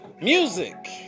Music